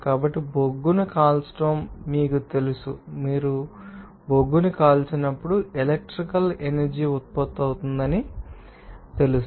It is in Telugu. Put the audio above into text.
కాబట్టి బొగ్గును కాల్చడం మీకు తెలుసు మరియు మీరు బొగ్గును కాల్చినప్పుడు ఎలక్ట్రికల్ ఎనర్జీ ఉత్పత్తి అవుతుందని మీకు ఎంత తెలుసు